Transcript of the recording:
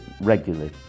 regularly